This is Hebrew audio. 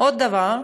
עוד דבר,